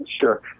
sure